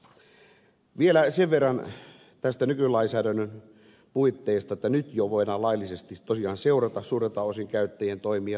vielä sen verran näistä nykylainsäädännön puitteista että nyt jo voidaan laillisesti tosiaan seurata suurelta osin käyttäjien toimia tietoverkoissa